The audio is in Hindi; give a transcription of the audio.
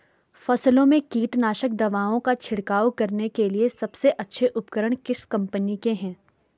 फसलों में कीटनाशक दवाओं का छिड़काव करने के लिए सबसे अच्छे उपकरण किस कंपनी के हैं?